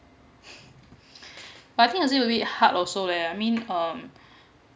but I think that will be a bit hard also eh I mean um